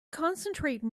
concentrate